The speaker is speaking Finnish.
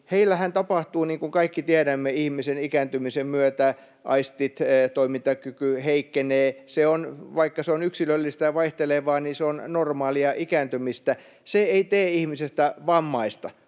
heillähän tapahtuu niin, niin kuin kaikki tiedämme, että ihmisen ikääntymisen myötä aistit ja toimintakyky heikkenevät. Vaikka se on yksilöllistä ja vaihtelevaa, se on normaalia ikääntymistä, se ei tee ihmisestä vammaista.